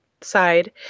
side